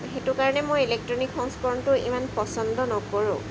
সেইটো কাৰণে মই ইলেক্ট্ৰনিক সংস্কৰণটো ইমান পচন্দ নকৰোঁ